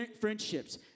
friendships